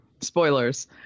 spoilers